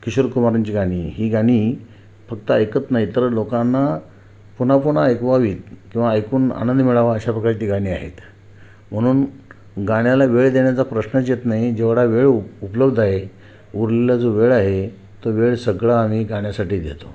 किशोर कुमारांची गाणी ही गाणी फक्त ऐकत नाही तर लोकांना पुन्हापुन्हा ऐकवावीत किंवा ऐकून आनंद मिळावा अशा प्रकारची गाणी आहेत म्हणून गाण्याला वेळ देण्याचा प्रश्नच येत नाही जेवढा वेळ ऊ उपलब्ध आहे उरलेला जो वेळ आहे तो वेळ सगळा आम्ही गाण्यासाठी देतो